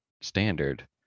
standard